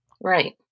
Right